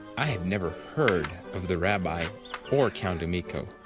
i had never heard of the rabbi or count emicho.